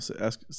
ask